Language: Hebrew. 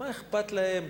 מה אכפת להם.